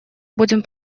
будем